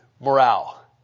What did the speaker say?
morale